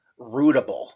rootable